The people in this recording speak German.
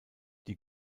die